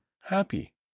happy